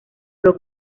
pro